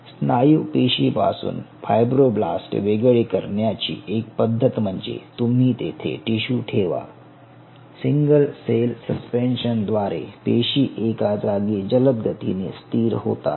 स्नायू पेशी पासून फायब्रोब्लास्ट वेगळे करण्याची एक पद्धत म्हणजे तुम्ही तेथे टिशू ठेवा सिंगल सेल सस्पेन्शन द्वारे पेशी एका जागी जलद गतीने स्थिर होतात